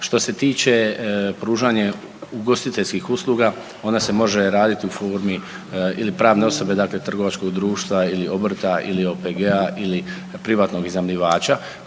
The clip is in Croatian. što se tiče pružanja ugostiteljskih usluga ona se može raditi u formi ili pravne osobe dakle trgovačkog društva ili obrta ili OPG-a ili privatnog iznajmljivača